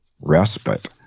respite